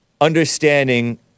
understanding